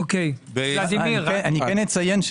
אציין,